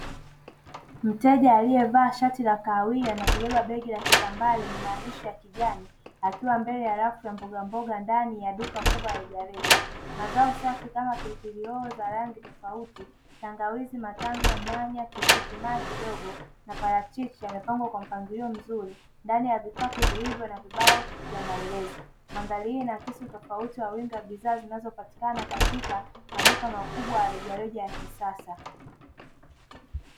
Mteja aliyevaa shati la kahawia na kubeba begi la kitambaa lenye maandishi ya kijani, akiwa mbele ya rafu ya mbogamboga ya ndani ya duka kubwa la rejareja. Mazao safi kama: pilipili hoho za rangi tofauti, tangawizi, matango, nyanya, tikitimaji dogo na parachichi; yamepangwa kwa mpangilio mzuri ndani ya vikapu vilivyo na vibao vya maelezo. Mandhari hii inaakisi tofauti ya wingi wa bidhaa zinazopatikana katika maduka makubwa ya rejareja ya kisasa.